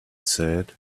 said